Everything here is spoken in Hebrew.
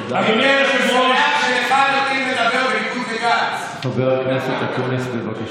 תודה רבה לחבר הכנסת גינזבורג,